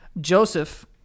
Joseph